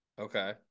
Okay